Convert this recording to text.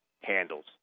handles